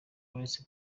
uretse